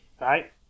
Right